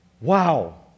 Wow